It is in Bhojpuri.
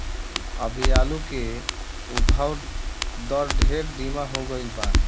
अभी आलू के उद्भव दर ढेर धीमा हो गईल बा